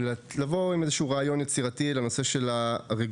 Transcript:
ולבוא עם איזה שהוא רעיון יצירתי לנושא של הרגולציה,